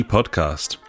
Podcast